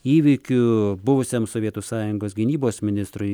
įvykių buvusiam sovietų sąjungos gynybos ministrui